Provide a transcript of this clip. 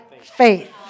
faith